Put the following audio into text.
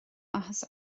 áthas